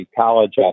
college